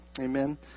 amen